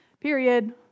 period